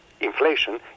inflation